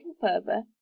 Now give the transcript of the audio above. further